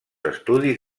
estudis